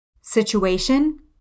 Situation